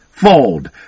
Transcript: fold